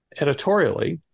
editorially